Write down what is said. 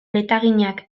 letaginak